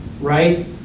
right